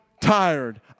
tired